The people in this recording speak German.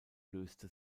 löste